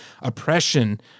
oppression